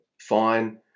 Fine